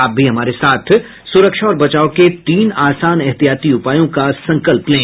आप भी हमारे साथ सुरक्षा और बचाव के तीन आसान एहतियाती उपायों का संकल्प लें